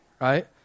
Right